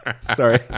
Sorry